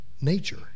nature